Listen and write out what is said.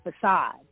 facade